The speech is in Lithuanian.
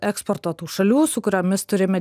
eksportuotų šalių su kuriomis turime